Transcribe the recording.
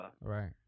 Right